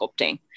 sculpting